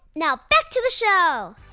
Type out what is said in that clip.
now back to the show